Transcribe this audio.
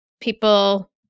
people